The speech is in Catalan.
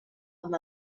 amb